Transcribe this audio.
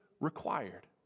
required